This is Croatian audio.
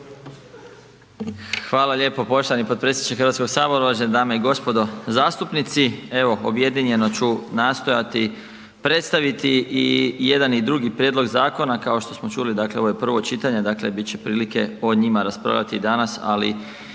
Hvala lijepo poštovani potpredsjedniče HS, uvažene dame i gospodo zastupnici, evo objedinjeno ću nastojati predstaviti i jedan i drugi prijedlog zakona, kao što smo čuli dakle ovo je prvo čitanje, dakle bit će prilike o njima raspravljati danas, ali